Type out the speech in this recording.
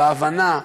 בהבנה,